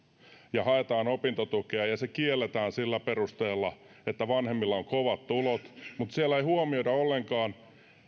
ja haetaan opintotukea ja se kielletään sillä perusteella että vanhemmilla on kovat tulot mutta siellä ei huomioida ollenkaan